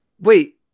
Wait